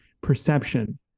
perception